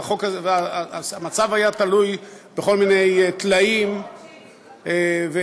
והמצב היה תלוי בכל מיני טלאים והדבקות.